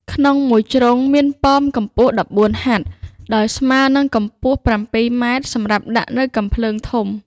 ក្នុងមួយជ្រុងមានប៉មកម្ពស់ ១៤ហត្ថ ដោយស្មើនិងកម្ពស់ ៧ម៉ែត្រ សម្រាប់ដាក់នៅកាំភ្លើងធំ ។